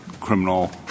Criminal